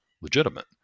legitimate